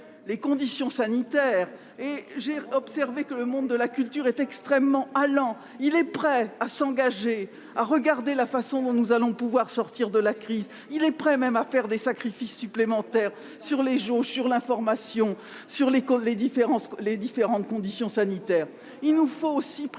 les conditions sanitaires. Le monde de la culture est extrêmement allant, il est prêt à s'engager, à réfléchir à la façon dont nous allons sortir de la crise, il est même prêt à faire des sacrifices supplémentaires sur les jauges, sur l'information, sur les différentes conditions sanitaires. Il nous faut également